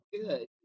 good